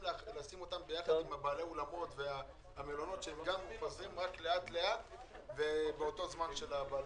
לשים אותם יחד עם בעלי האולמות ככאלו שחוזרים מאוד לאט למעגל העבודה.